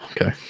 okay